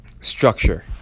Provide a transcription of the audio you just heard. structure